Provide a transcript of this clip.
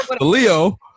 Leo